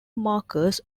markers